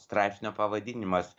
straipsnio pavadinimas